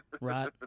Right